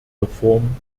reform